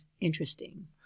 interesting